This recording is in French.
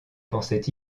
pensait